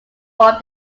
from